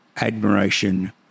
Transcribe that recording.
admiration